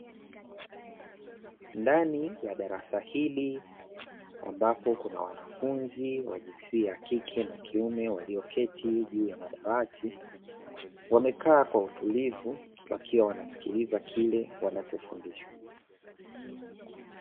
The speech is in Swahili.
Ndani ya darasa hili, ambapo kuna wanafunzi wa jinsia ya kike na kiume walioketi juu ya madawati, wamekaa kwa utulivu, wakiwa wanasikiliza kile wanachofundishwa.